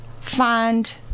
find